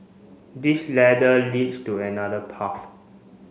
this ladder leads to another path